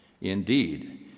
Indeed